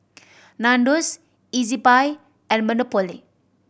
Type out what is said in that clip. Nandos Ezbuy and Monopoly